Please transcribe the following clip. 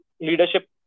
leadership